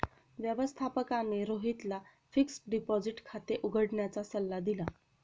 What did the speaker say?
व्यवस्थापकाने रोहितला fixed deposit खाते उघडण्याचा सल्ला दिला